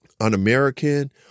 un-American